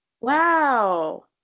wow